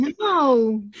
No